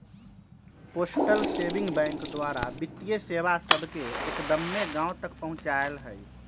postal saving bank द्वारा वित्तीय सेवा सभके एक्दम्मे गाँव तक पहुंचायल हइ